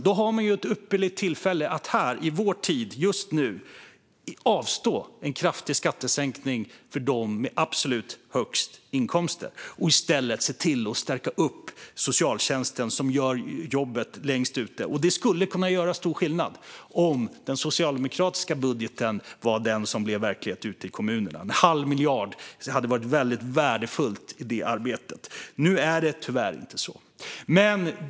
Nu har man ju ett ypperligt tillfälle att, här i vår tid och just nu, avstå en kraftig skattesänkning för dem med absolut högst inkomster och i stället se till att stärka socialtjänsten, som gör jobbet längst ut. Det hade kunnat göra stor skillnad om den socialdemokratiska budgeten varit den som blev verklighet ute i kommunerna; en halv miljard hade varit väldigt värdefullt i det arbetet. Nu blir det tyvärr inte så. Fru talman!